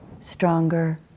stronger